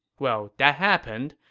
well, that happened,